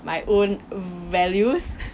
my own values